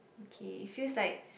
okay it feels like